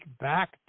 back